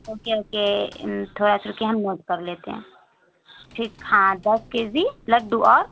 okay okay تھوڑا سا رکیے ہم نوٹ کر لیتے ہیں ٹھیک ہاں دس کے جی لڈو اور